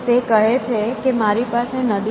તે કહે છે કે મારી પાસે નદી છે